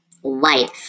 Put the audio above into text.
white